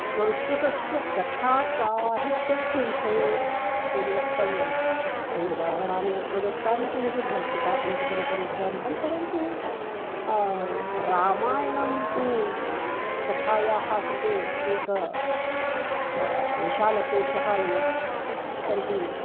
संस्कृतस्य कथासाहित्यस्य विषये यदि वक्तव्यं तर्हि उदाहरणानि अत्र दत्तानि सन्ति बृहत्कृता पञ्चतन्त्रमित्यादिकं परन्तु रामायणं तु कथायाः कृते एक विशालकोशः इव तर्हि